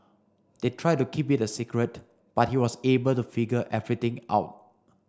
they tried to keep it a secret but he was able to figure everything out